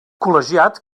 col·legiat